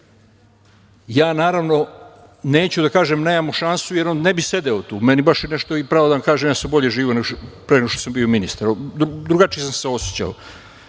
Ja naravno neću da kažem, nemamo šansu, jer on ne bi sedeo tu, meni nešto, pravo da vam kažem, ja samo bolje živeo pre nego što sam bio ministar, drugačije sam se osećao,